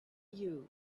you